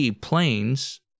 planes